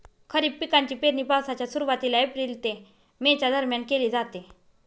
खरीप पिकांची पेरणी पावसाच्या सुरुवातीला एप्रिल ते मे च्या दरम्यान केली जाते